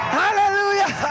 hallelujah